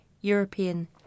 European